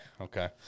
okay